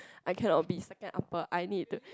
I cannot be second upper I need